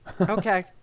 okay